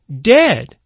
dead